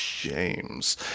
James